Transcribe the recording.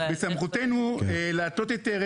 בסמכותנו להטות היתר,